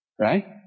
Right